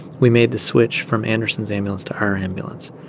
we made the switch from anderson's ambulance to our ambulance.